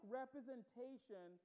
representation